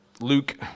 Luke